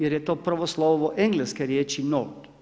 Jer je to prvo slovo engleske riječi north.